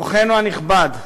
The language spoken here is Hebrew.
אורחנו הנכבד,